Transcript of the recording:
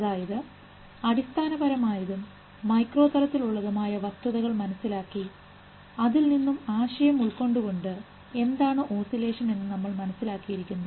അതായത് അടിസ്ഥാനപരമായതും മൈക്രോ തലത്തിൽ ഉള്ളതുമായ വസ്തുതകൾ മനസ്സിലാക്കി അതിൽ നിന്നും ആശയം ഉൾക്കൊണ്ടു കൊണ്ട് എന്താണ് ഓസിലേഷൻ എന്ന് നമ്മൾ മനസ്സിലാക്കിയിരിക്കുന്നു